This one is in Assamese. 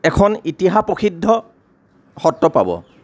এখন ইতিহাস প্ৰসিদ্ধ সত্ৰ পাব